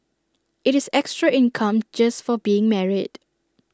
IT is extra income just for being married